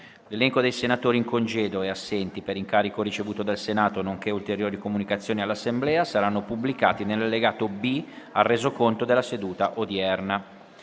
L'elenco dei senatori in congedo e assenti per incarico ricevuto dal Senato, nonché ulteriori comunicazioni all'Assemblea saranno pubblicati nell'allegato B al Resoconto della seduta odierna.